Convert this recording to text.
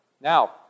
Now